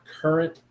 current